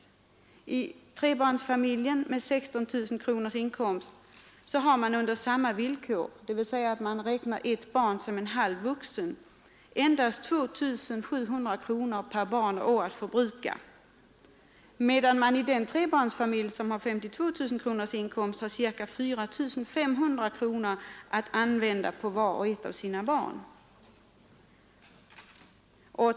I en trebarnsfamilj med 16 000 kronors inkomst har man under samma villkor, dvs. man räknar ett barn som en halv vuxen, endast 2 700 kronor per år och per barn att förbruka, medan man i en trebarnsfamilj som har 52 000 kronor i inkomst får ca 4 500 kronor att använda på vart och ett av sina barn.